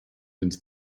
into